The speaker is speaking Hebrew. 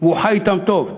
שהוא חי אתם טוב.